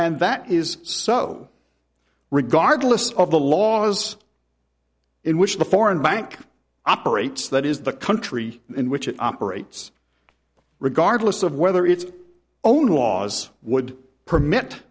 and that is so regardless of the laws in which the foreign bank operates that is the country in which it operates regardless of whether its own laws would permit